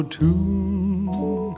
tune